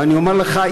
ואני אומר לך,